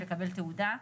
לקבל תעודה.